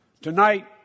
Tonight